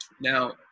Now